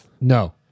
No